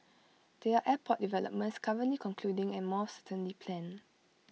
there are airport developments currently concluding and more certainly planned